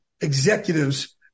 executives